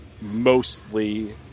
mostly